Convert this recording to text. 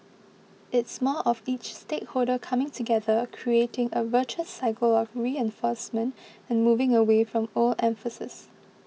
it's more of each stakeholder coming together creating a virtuous cycle of reinforcement and moving away from old emphases